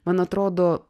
man atrodo